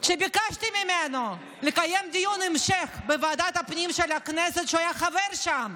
כשביקשתי ממנו לקיים דיון המשך בוועדת הפנים של הכנסת שהוא היה חבר בה,